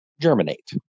Germinate